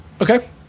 Okay